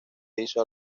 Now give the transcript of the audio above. hizo